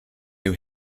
new